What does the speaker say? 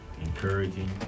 encouraging